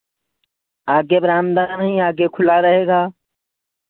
आगे बरामदा नहीं आगे खुला रहेगा